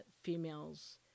females